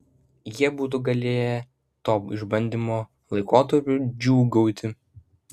jie būtų galėję tuo išbandymo laikotarpiu džiūgauti